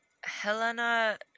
Helena